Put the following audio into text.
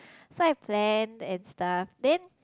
so I plan and stuff then